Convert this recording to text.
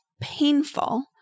Painful